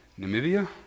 Namibia